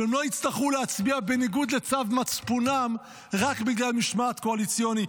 שהם לא יצטרכו להצביע בניגוד לצו מצפונם רק בגלל משמעת קואליציונית.